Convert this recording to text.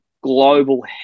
global